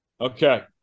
Okay